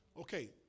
Okay